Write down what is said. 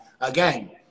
again